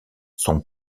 son